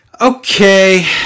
Okay